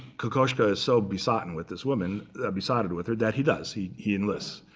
kokoschka is so besotten with this woman besotted with her that he does. he he enlists.